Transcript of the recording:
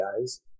guys